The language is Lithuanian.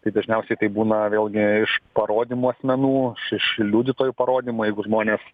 tai dažniausiai tai būna vėlgi iš parodymų asmenų iš iš liudytojų parodymų jeigu žmonės